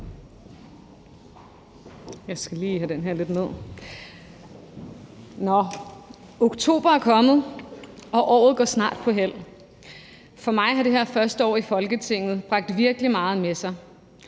Oktober er kommet, og året går snart på hæld. For mig har det her første år i Folketinget bragt virkelig meget med sig,